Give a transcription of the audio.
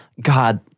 God